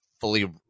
fully